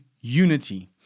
unity